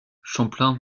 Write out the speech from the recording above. champlain